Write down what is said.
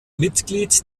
mitglied